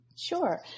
Sure